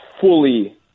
fully